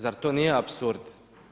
Zar to nije apsurd?